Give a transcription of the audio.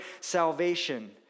salvation